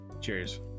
cheers